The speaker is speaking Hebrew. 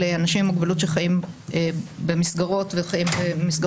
אנשים עם מוגבלות שחיים במסגרות דיור.